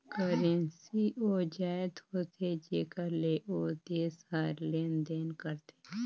currency ओ जाएत होथे जेकर ले ओ देस हर लेन देन करथे